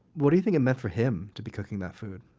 what do you think it meant for him to be cooking that food?